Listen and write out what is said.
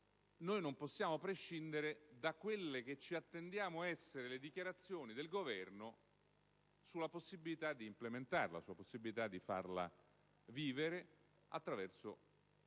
non possiamo prescindere da quelle che ci attendiamo essere le dichiarazioni del Governo sulla possibilità di implementarla, di farla vivere attraverso